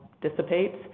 dissipates